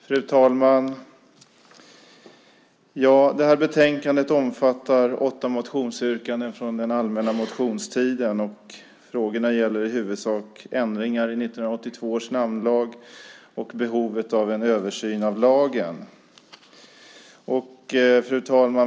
Fru talman! Det här betänkandet omfattar åtta motionsyrkanden från den allmänna motionstiden. Frågorna gäller i huvudsak ändringar i 1982 års namnlag och behovet av en översyn av lagen.